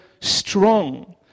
strong